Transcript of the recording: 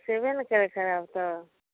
छैबे ने करै सभ तऽ